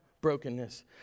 brokenness